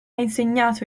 insegnato